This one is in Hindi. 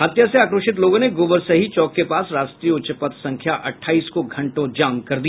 हत्या से आक्रोशित लोगों ने गोबरसही चौक के पास राष्ट्रीय उच्च पथ संख्या अठाईस को घंटों जाम कर दिया